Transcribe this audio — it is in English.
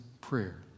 prayer